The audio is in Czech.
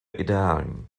ideální